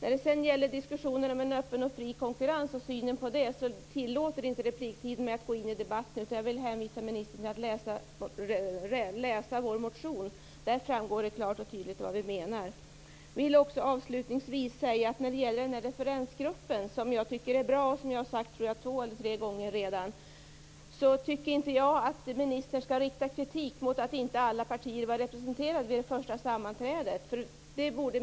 Beträffande synen på en öppen och fri konkurrens tillåter inte repliktiden mig att gå in i debatt, utan jag vill hänvisa ministern till att läsa vår motion. Där framgår det klart och tydligt vad vi menar. Avslutningsvis vill jag säga angående referensgruppen tycker jag inte att ministern skall rikta kritik mot att inte alla partier var representerade vid det första sammanträdet.